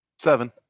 Seven